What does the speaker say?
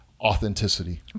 authenticity